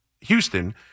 Houston